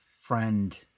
friend